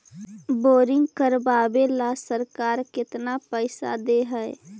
Boring करबाबे ल सरकार केतना पैसा दे है?